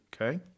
okay